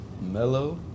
Mellow